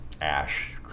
ash